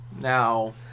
Now